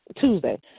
Tuesday